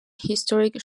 historic